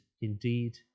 indeed